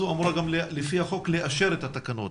והוועדה הזאת אמורה גם לפי החוק לאשר את התקנות.